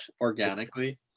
organically